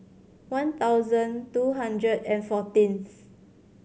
one thousand two hundred and fourteenth